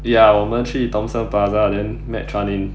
ya 我们去 thomson plaza then met chuan yin